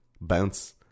bounce